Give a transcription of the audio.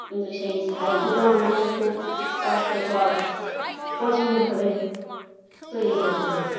কিন্তু সেই ছাইগুলো আমাদের খুব কষ্টকর কঠিনভাবে তৈরি করতে হতো